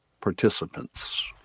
participants